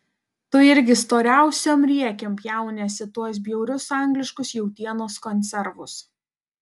tu irgi storiausiom riekėm pjauniesi tuos bjaurius angliškus jautienos konservus